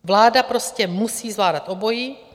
Vláda prostě musí zvládat obojí.